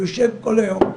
הוא יושב כל היום,